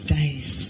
days